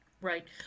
right